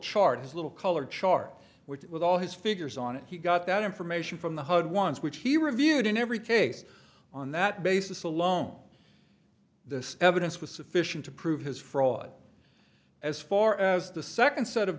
charges a little color chart which with all his figures on it he got that information from the hud ones which he reviewed in every case on that basis alone the evidence was sufficient to prove his fraud as far as the second set of